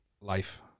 life